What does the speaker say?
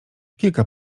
kilka